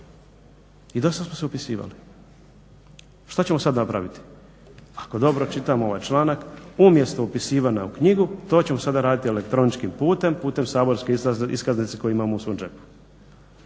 i do sada smo se upisivali. Što ćemo sada napraviti? Ako dobro čitamo ovaj članak, umjesto upisivanja u knjigu to ćemo sada raditi elektroničkim putem, putem saborske iskaznice koje imamo u svom džepu.